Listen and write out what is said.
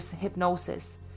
hypnosis